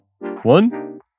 one